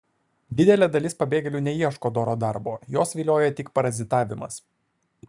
didelė dalis pabėgėlių neieško doro darbo juos vilioja tik parazitavimas